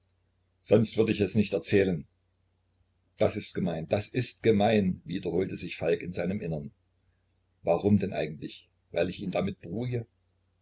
sonst würd ich es nicht erzählen das ist gemein das ist gemein wiederholte sich falk in seinem innern warum denn eigentlich weil ich ihn damit beruhige